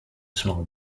small